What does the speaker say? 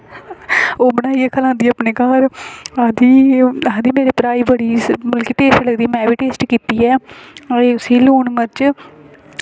ओह् बनाइयै खलांदी अपने घर आखदी कि मेरे भ्राें गी बड़ी टेस्ट लगदी ऐ टेस्ट कीती ऐ ओह् उसी लून मर्च